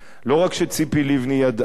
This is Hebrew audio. לא רק שציפי לבני ידעה,